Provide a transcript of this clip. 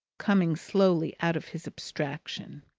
coming slowly out of his abstraction.